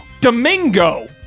Domingo